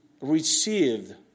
received